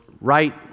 right